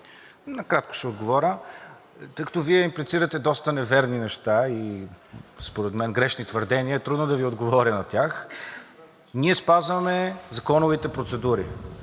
накратко. Тъй като Вие имплицирате доста неверни неща и според мен грешни твърдения, е трудно да Ви отговоря на тях. Ние спазваме законовите процедури.